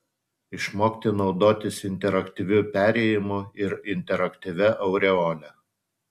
išmokti naudotis interaktyviu perėjimu ir interaktyvia aureole